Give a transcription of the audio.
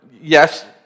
yes